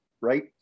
right